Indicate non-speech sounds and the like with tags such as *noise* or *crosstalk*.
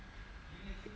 *laughs*